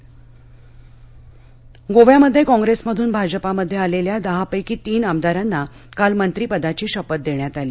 गोवा गोव्यामध्ये काँप्रेसमधून भाजपामध्ये आलेल्या दहापैकी तीन आमदारांना काल मंत्रिपदाची शपथ देण्यात आली